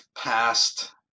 past